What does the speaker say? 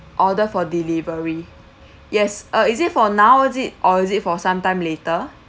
order for delivery yes uh is it for now is it or is it for some time later